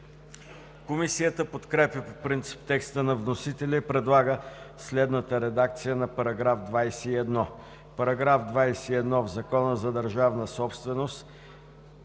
Комисията подкрепя по принцип текста на вносителя и предлага следната редакция на § 21: „§ 21. В Закона за държавната собственост